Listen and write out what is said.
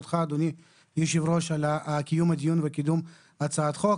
אותך אדוני היושב-ראש על קיום הדיון וקידום הצעת החוק.